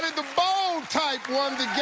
the bold type won the